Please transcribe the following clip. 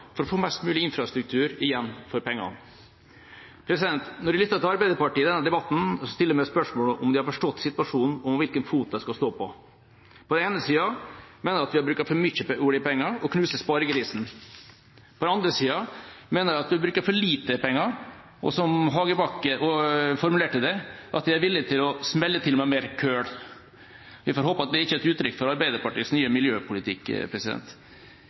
for å få mest mulig infrastruktur igjen for pengene. Når jeg lytter til Arbeiderpartiet i denne debatten, stiller jeg meg spørsmålet om de har forstått situasjonen og hvilken fot de skal stå på. På den ene siden mener de at vi bruker for mye oljepenger og «knuser sparegrisen». På den andre siden mener de at vi bruker for lite penger, og er, som Hagebakken formulerte det, villige til «å smelle på med mer kull». Vi får håpe at det ikke er et uttrykk for Arbeiderpartiets nye miljøpolitikk!